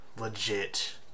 legit